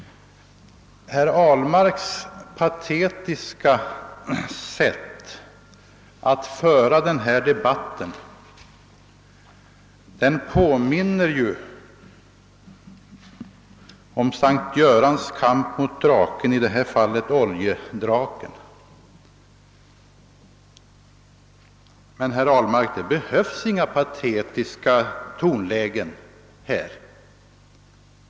Herr Ahlmarks patetiska sätt att föra denna debatt påminner ju om Sankt Görans kamp mot draken, i detta fall oljedraken. Men, herr Ahlmark, det behövs inga patetiska tongångar här.